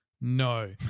no